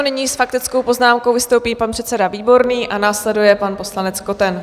Nyní s faktickou poznámkou vystoupí pan předseda Výborný a následuje pan poslanec Koten.